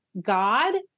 God